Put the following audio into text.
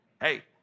Hey